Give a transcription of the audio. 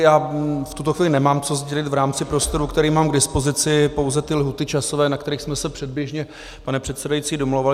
Já v tuto chvíli nemám co sdělit v rámci prostoru, který mám k dispozici, pouze časové lhůty, na kterých jsme se předběžně, pane předsedající, domlouvali.